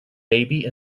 baby